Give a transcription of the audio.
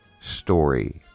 story